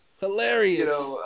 Hilarious